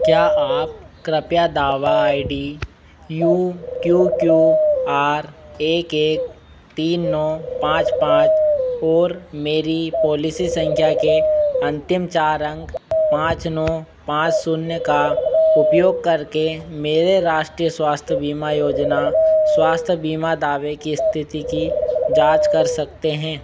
क्या आप कृपया दावा I D U Q Q R एक एक तीन नौ पाँच पाँच और मेरी पॉलिसी संख्या के अंतिम चार अंक पाँच नौ पाँच शून्य का उपयोग करके मेरे राष्ट्रीय स्वास्थ्य बीमा योजना स्वास्थ्य बीमा दावे की स्थिति की जाँच कर सकते हैं